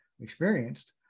experienced